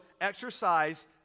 exercise